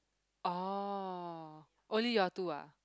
oh only you all two ah